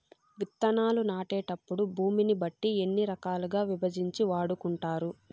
విత్తనాలు నాటేటప్పుడు భూమిని బట్టి ఎన్ని రకాలుగా విభజించి వాడుకుంటారు?